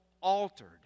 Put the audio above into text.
altered